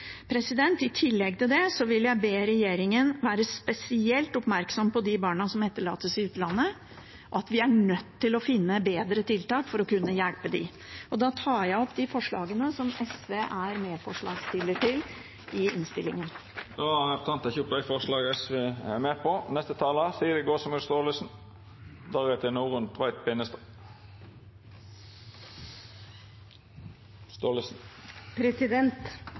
I tillegg til det vil jeg be regjeringen være spesielt oppmerksom på de barna som etterlates i utlandet. Vi er nødt til å finne bedre tiltak for å kunne hjelpe dem. Jeg tar opp de forslagene SV er alene om i innstillingen, og de forslagene vi har sammen med Arbeiderpartiet. Representanten Karin Andersen har teke opp dei forslaga